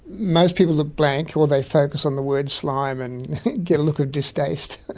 most people look blank or they focus on the word slime and get a look of distaste.